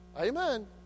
Amen